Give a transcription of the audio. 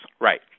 right